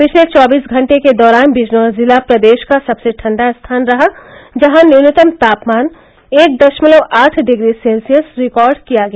पिछले चौबीस घटे के दौरान विजनौर जिला प्रदेश का सबसे ठण्डा स्थान रहा जहां न्यूनतम तापमान एक दशमलव आठ डिग्री सेल्सियस रिकार्ड किया गया